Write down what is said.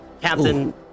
Captain